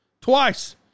twice